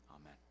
amen